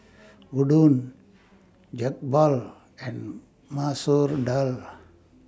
Udon Jokbal and Masoor Dal